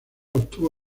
obtuvo